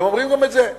הם אומרים גם את זה.